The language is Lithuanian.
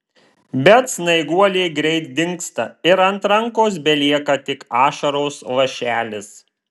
bet snaiguolė greit dingsta ir ant rankos belieka tik ašaros lašelis